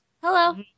Hello